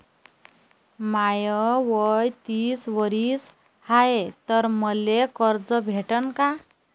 माय वय तीस वरीस हाय तर मले कर्ज भेटन का?